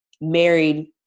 married